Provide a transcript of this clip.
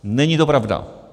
Není to pravda.